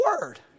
Word